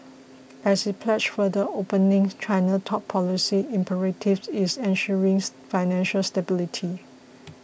as it pledges further opening China's top policy imperative is ensures financial stability